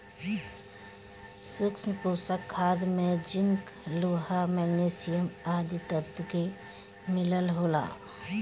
सूक्ष्म पोषक खाद में जिंक, लोहा, मैग्निशियम आदि तत्व के मिलल होला